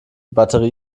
batterie